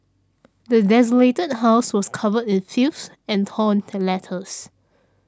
the desolated house was covered in filth and torn letters